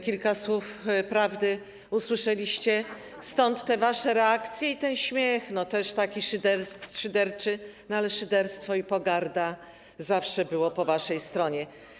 Kilka słów prawdy usłyszeliście, stąd te wasze reakcje i ten śmiech, też taki szyderczy, ale szyderstwo i pogarda zawsze były po waszej stronie.